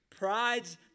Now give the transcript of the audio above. Pride's